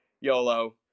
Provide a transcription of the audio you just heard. YOLO